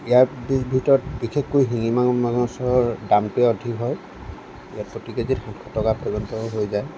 ইয়াৰ ভিতৰত বিশেষকৈ শিঙি মাগুৰ মাছৰ দামটোৱেই অধিক হয় ইয়াত প্ৰতি কেজিত সাতশ টকা পৰ্যন্ত হৈ যায়